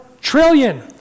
trillion